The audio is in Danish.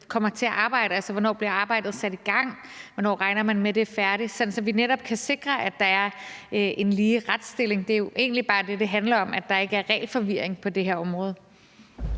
kommer til at arbejde. Altså, hvornår bliver arbejdet sat i gang, og hvornår regner man med, at det er færdigt, sådan at vi netop kan sikre, at der er en lige retsstilling? Det er jo egentlig bare det, det handler om, nemlig at der ikke er regelforvirring på det her område.